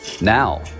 Now